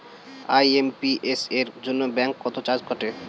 IMPS এর জন্য bank কত চার্জ কাটে?